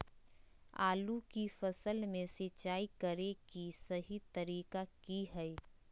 आलू की फसल में सिंचाई करें कि सही तरीका की हय?